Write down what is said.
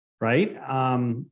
right